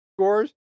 scores